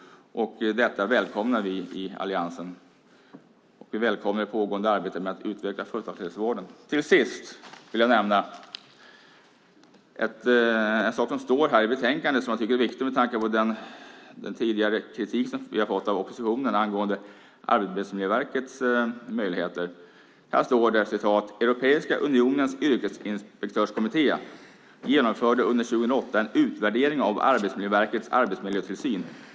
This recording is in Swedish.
Detta välkomnar vi i Alliansen. Vi välkomnar det pågående arbetet med att utveckla företagshälsovården. Till sist vill jag nämna en sak som står i betänkandet som jag tycker är viktig med tanke på den kritik som vi tidigare har fått av oppositionen angående Arbetsmiljöverkets möjligheter. Här står det: "Europeiska unionens Yrkesinspektörskommitté . genomförde under 2008 en utvärdering av Arbetsmiljöverkets arbetsmiljötillsyn.